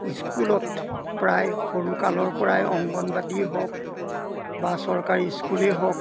স্কুলত প্ৰায় সৰু কালৰ পৰাই অংগনবাদীয়ে হওক বা চৰকাৰী স্কুলেই হওক